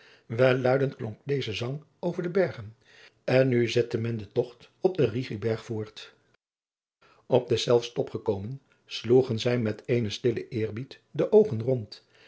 welluidend klonk deze zang over de bergen en nu zette men den togt op den rigiberg voort op deszelfs top gekomen sloegen zij met eenen stillen eerbied de oogen rond